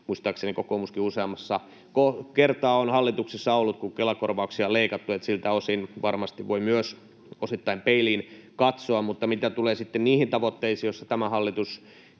muistaakseni kokoomuskin useamman kerran on hallituksessa ollut, kun Kela-korvauksia on leikattu, niin että siltä osin varmasti voi myös osittain peiliin katsoa. Mutta mitä tulee niihin tavoitteisiin, joissa tämä hallitus